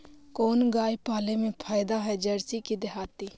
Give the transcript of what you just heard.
कोन गाय पाले मे फायदा है जरसी कि देहाती?